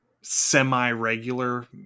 semi-regular